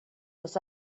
this